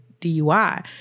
DUI